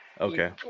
Okay